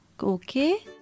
okay